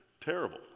Terrible